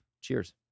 Cheers